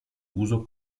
uso